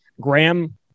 Graham